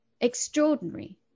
Extraordinary